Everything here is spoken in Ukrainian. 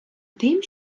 тим